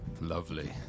Lovely